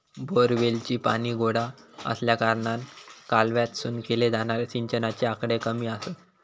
बोअरवेलीचा पाणी गोडा आसल्याकारणान कालव्यातसून केले जाणारे सिंचनाचे आकडे कमी आसत